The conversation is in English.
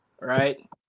right